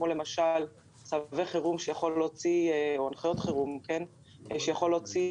כמו למשל הנחיות חירום שיכול להוציא